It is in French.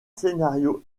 scénario